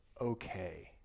okay